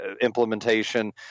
implementation